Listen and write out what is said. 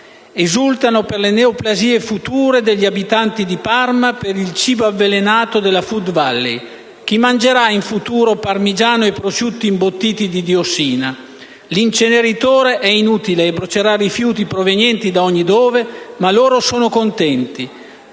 Esultano per le neoplasie future degli abitanti di Parma, per il cibo avvelenato della Food Valley. Chi mangerà in futuro parmigiano e prosciutti imbottiti di diossina? L'inceneritore è inutile e brucerà rifiuti provenienti da ogni dove, ma loro sono contenti...».